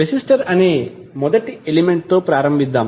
resistor అనే మొదటి element తో ప్రారంభిద్దాం